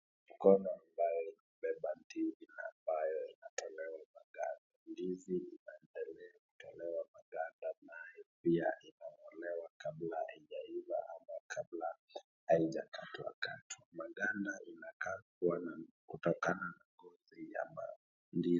Mkono ambao umebeba ndizi ambayo inatolewa maganda. Ndizi inaendelea kutolewa maganda na pia inang'olewa kabla haijaiva ama kabla haijakatwakatwa. Maganda inakaa kutokana na ngozi ya ndizi.